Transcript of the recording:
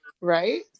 right